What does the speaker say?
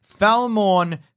Falmorn